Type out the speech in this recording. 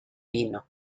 vino